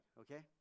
okay